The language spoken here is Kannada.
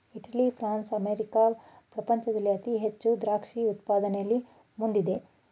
ಇಟಲಿ, ಫ್ರಾನ್ಸ್, ಅಮೇರಿಕಾ ಪ್ರಪಂಚದಲ್ಲಿ ಅತಿ ಹೆಚ್ಚು ದ್ರಾಕ್ಷಿ ಉತ್ಪಾದನೆಯಲ್ಲಿ ಮುಂದಿದೆ